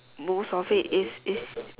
most of it is is